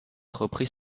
reprit